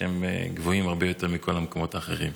שהם גבוהים הרבה יותר מבכל המקומות האחרים.